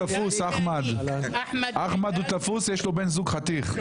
אחמד, הוא תפוס ויש לו בן זוג חתיך.